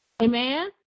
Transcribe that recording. amen